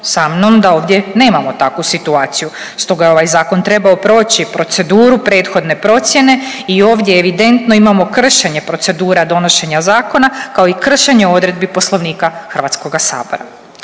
sa mnom da ovdje nemamo takvu situaciju. Stoga je ovaj zakon trebao proći proceduru prethodne procjene i ovdje evidentno imamo kršenje procedura donošenja zakona, kao i kršenje odredbi Poslovnika HS. Vratimo se